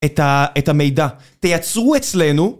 את המידע תייצרו אצלנו